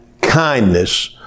kindness